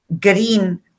green